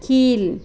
கீழ்